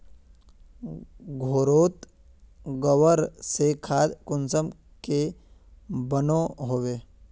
घोरोत गबर से खाद कुंसम के बनो होबे?